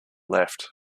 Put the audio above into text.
left